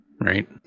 right